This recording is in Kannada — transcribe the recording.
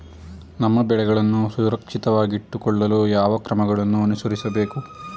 ನಮ್ಮ ಬೆಳೆಗಳನ್ನು ಸುರಕ್ಷಿತವಾಗಿಟ್ಟು ಕೊಳ್ಳಲು ಯಾವ ಕ್ರಮಗಳನ್ನು ಅನುಸರಿಸಬೇಕು?